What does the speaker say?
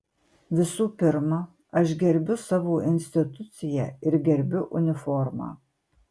visų pirma aš gerbiu savo instituciją ir gerbiu uniformą